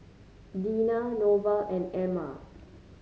Deena Norval and Emma